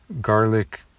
garlic